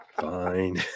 fine